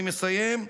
אני מסיים.